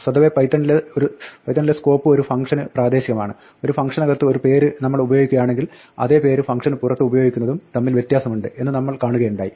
സ്വതവേ പൈത്തണിലെ സ്കോപ്പ് ഒരു ഫംഗ്ഷന് പ്രാദേശികമാണ് ഒരു ഫംഗ്ഷനകത്ത് ഒരു പേര് നമ്മൾ ഉപയോഗിക്കുകയാണെങ്കിൽ അതേ പേര് ഫംഗ്ഷന് പുറത്ത് ഉപയോഗിക്കുന്നതും തമ്മിൽ വ്യത്യാസമുണ്ട് എന്ന് നമ്മൾ കാണുകയുണ്ടായി